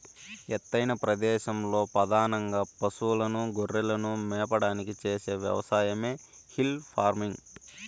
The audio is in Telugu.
ఎత్తైన ప్రదేశాలలో పధానంగా పసులను, గొర్రెలను మేపడానికి చేసే వ్యవసాయమే హిల్ ఫార్మింగ్